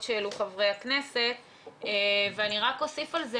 שהעלו חברי הכנסת ואני רק אוסיף על זה,